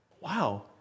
wow